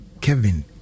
Kevin